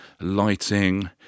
lighting